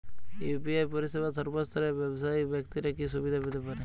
UPI পরিসেবা সর্বস্তরের ব্যাবসায়িক ব্যাক্তিরা কি সুবিধা পেতে পারে?